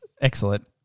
excellent